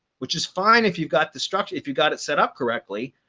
which is fine if you've got the structure if you got it set up correctly.